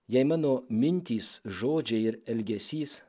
jei mano mintys žodžiai ir elgesys